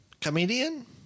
Comedian